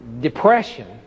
Depression